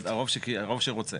הרוב שרוצה.